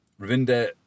Ravinder